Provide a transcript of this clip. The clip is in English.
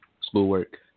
schoolwork